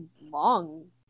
long